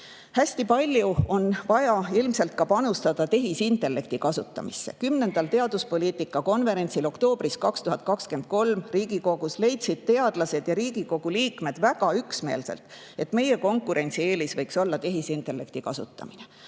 Hästi palju on vaja ilmselt ka panustada tehisintellekti kasutamisse. Kümnendal teaduspoliitika konverentsil oktoobris 2023 Riigikogus leidsid teadlased ja Riigikogu liikmed väga üksmeelselt, et meie konkurentsieelis võiks olla tehisintellekti kasutamine.